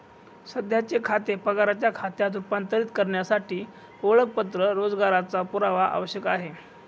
सध्याचे खाते पगाराच्या खात्यात रूपांतरित करण्यासाठी ओळखपत्र रोजगाराचा पुरावा आवश्यक आहे